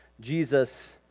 Jesus